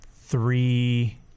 three